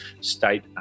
state